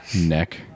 neck